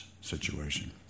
situation